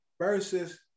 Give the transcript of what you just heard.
versus